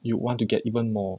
you want to get even more